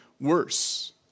worse